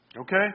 Okay